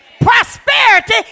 Prosperity